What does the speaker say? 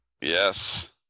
Yes